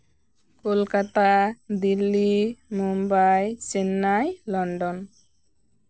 Kolkata Delhi Mumbai Chennai London